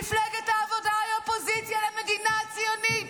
מפלגת העבודה היא אופוזיציה למדינה הציונית.